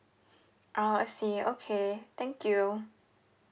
orh I see okay thank you